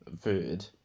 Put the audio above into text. food